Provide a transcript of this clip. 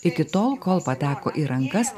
iki tol kol pateko į rankas